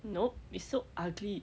no it's so ugly